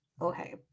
Okay